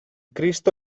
cristo